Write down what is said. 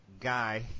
guy